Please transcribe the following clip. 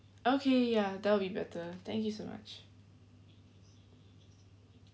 okay ya that will be better thank you so much